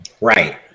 Right